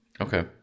Okay